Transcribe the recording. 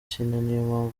ikina